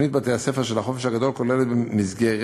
תוכנית בתי-הספר של החופש הגדול כוללת מסגרת